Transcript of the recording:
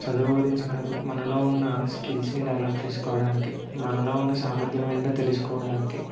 చదువు గురించి కాదు మనలో ఉన్న స్కిల్స్ని డెవలప్ చేసుకోవడానికి మనలో ఉన్న సామర్థ్యం ఏంటో తెలుసుకోవడానికి